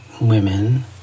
women